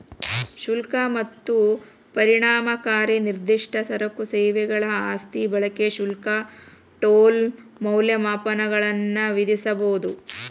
ಶುಲ್ಕ ಮತ್ತ ಪರಿಣಾಮಕಾರಿ ನಿರ್ದಿಷ್ಟ ಸರಕು ಸೇವೆಗಳ ಆಸ್ತಿ ಬಳಕೆ ಶುಲ್ಕ ಟೋಲ್ ಮೌಲ್ಯಮಾಪನಗಳನ್ನ ವಿಧಿಸಬೊದ